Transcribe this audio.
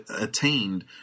attained